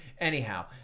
anyhow